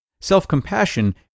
Self-compassion